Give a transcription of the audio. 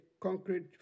concrete